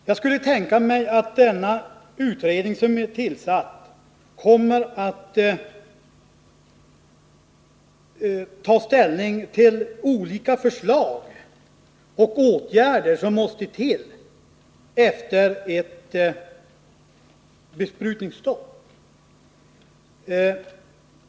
Herr talman! Jag skulle tänka mig att den utredning som är tillsatt kommer att ta ställning till olika förslag och åtgärder som måste till efter ett besprutningsstopp.